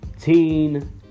Teen